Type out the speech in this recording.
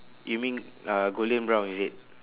you mean uh golden brown is it